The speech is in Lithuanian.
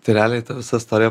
tai realiai ta visa istorija